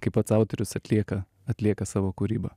kai pats autorius atlieka atlieka savo kūrybą